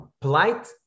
polite